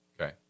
Okay